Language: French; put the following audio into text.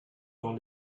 dans